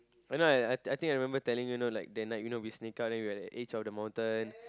you know I I think I remember telling you know like that night you know we sneak out then we are at the edge of the mountain